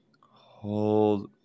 Hold